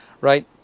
right